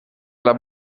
alla